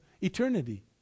eternity